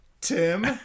Tim